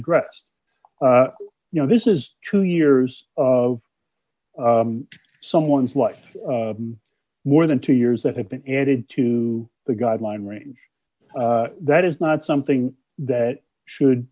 addressed you know this is two years of someone's life more than two years that have been added to the guideline range that is not something that should